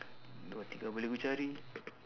dua tiga boleh ku cari